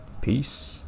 Peace